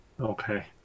Okay